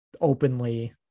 openly